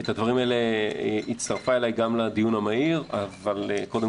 היא הצטרפה אלי גם לדיון המהיר אבל קודם